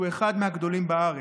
שהוא אחד הגדולים בארץ.